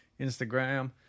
Instagram